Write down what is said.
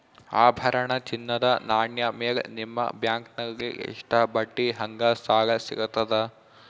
ಆಭರಣ, ಚಿನ್ನದ ನಾಣ್ಯ ಮೇಲ್ ನಿಮ್ಮ ಬ್ಯಾಂಕಲ್ಲಿ ಎಷ್ಟ ಬಡ್ಡಿ ಹಂಗ ಸಾಲ ಸಿಗತದ?